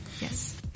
Yes